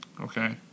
Okay